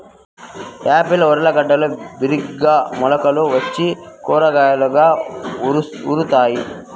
Apple ఊర్లగడ్డలు బిరిగ్గా మొలకలు వచ్చి కాయలుగా ఊరుతాయి